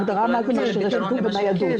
הגדרה מה זה מכשירי שיקום וניידות.